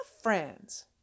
friends